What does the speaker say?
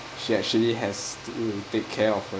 she actually has to take care of her